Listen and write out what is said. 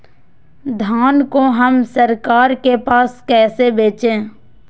धान को हम सरकार के पास कैसे बेंचे?